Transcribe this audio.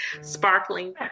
sparkling